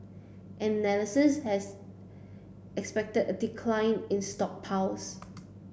analysts has expected a decline in stockpiles